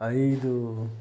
ಐದು